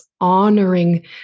honoring